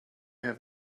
have